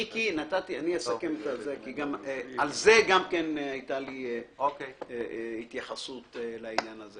מיקי, אני אסכם כי הייתה לי התייחסות לעניין הזה